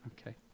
okay